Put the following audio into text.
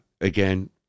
again